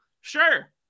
Sure